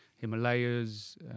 Himalayas